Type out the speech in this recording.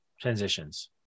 transitions